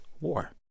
war